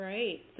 Right